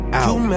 out